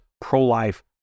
pro-life